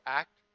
act